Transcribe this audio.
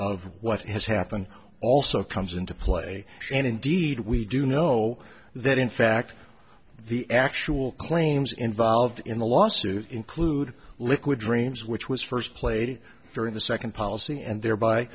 of what has happened also comes into play and indeed we do know that in fact the actual claims involved in the lawsuit include liquid dreams which was first played during the second policy and there by